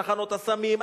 תחנות הסמים.